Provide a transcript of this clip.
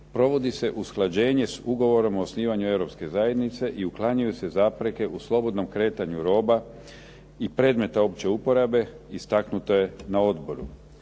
provodi se usklađenje s ugovorom o osnivanju Europske zajednice i uklanjaju se zapreke u slobodnom kretanju roba i predmeta opće uporabe istaknute na odboru.